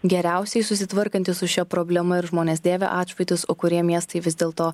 geriausiai susitvarkantys su šia problema ir žmonės dėvi atšvaitus o kurie miestai vis dėl to